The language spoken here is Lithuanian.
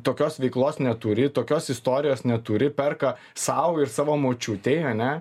tokios veiklos neturi tokios istorijos neturi perka sau ir savo močiutei ane